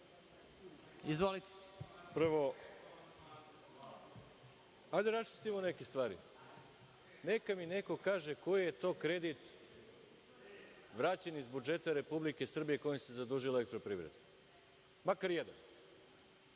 Arsić** Prvo, hajde da raščistimo neke stvari. Neka mi neko kaže, koji je to kredit vraćan iz budžeta Republike Srbije, kojim se zadužila „Elektroprivreda“? Makar jedan.